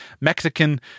Mexican